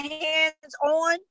hands-on